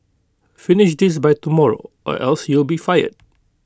finish this by tomorrow or else you'll be fired